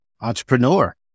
Entrepreneur